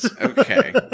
Okay